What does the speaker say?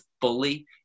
fully